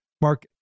Mark